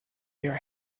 your